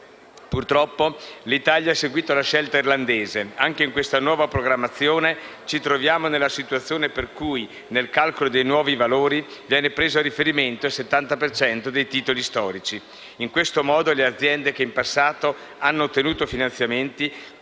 Purtroppo l'Italia ha seguito la scelta irlandese: anche nella nuova programmazione ci troviamo nella situazione per cui, nel calcolo dei nuovi valori, viene preso a riferimento il 70 per cento dei titoli storici. In questo modo le aziende che in passato hanno ottenuto finanziamenti